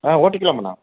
ஆ ஓட்டிக்கலாம்ண்ணா